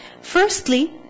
Firstly